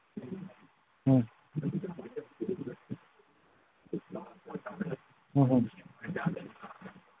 ꯎꯝ ꯎꯝꯍꯨꯝ